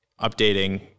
updating